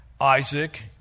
Isaac